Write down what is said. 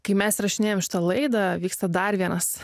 kai mes įrašinėjam šitą laidą vyksta dar vienas